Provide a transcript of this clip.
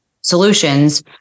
solutions